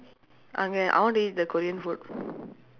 okay I want to eat the korean food